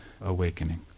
awakening